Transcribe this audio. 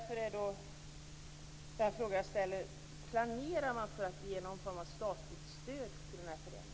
Finns det några planer på att ge statligt stöd till föreningen?